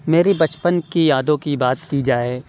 میری بچپن کے یادوں کی بات کی جائے